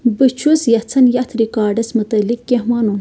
بہٕ چھُس یژھان یتھ ریکاڈس مُتعلِق کینہہ وَنُن